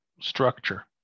structure